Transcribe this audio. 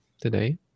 today